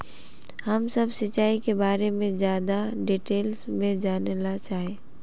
हम सब सिंचाई के बारे में ज्यादा डिटेल्स में जाने ला चाहे?